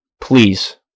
please